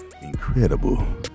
incredible